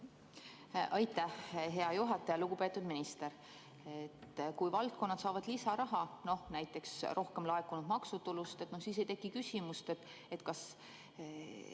Aitäh, hea juhataja! Lugupeetud minister! Kui valdkonnad saavad lisaraha, näiteks rohkem laekunud maksutulust, siis ei teki küsimust, kust